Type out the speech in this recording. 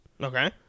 Okay